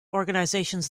organisations